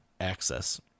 access